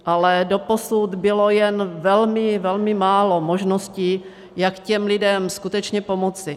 Ale doposud bylo jen velmi málo možností, jak těm lidem skutečně pomoci.